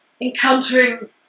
encountering